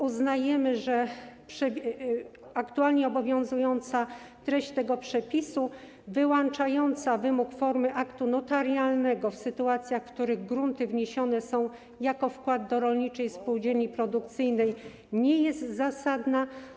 Uznajemy, że aktualnie obowiązująca treść tego przepisu, wyłączająca wymóg formy aktu notarialnego w sytuacjach, w których grunty wniesione są jako wkład do rolniczej spółdzielni produkcyjnej, nie jest zasadna.